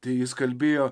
tai jis kalbėjo